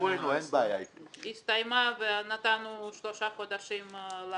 הסתיימה ונתנו שלושה חודשים.